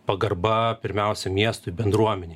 pagarba pirmiausia miestui bendruomenei